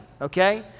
okay